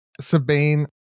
Sabine